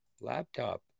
laptop